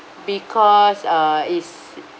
because uh is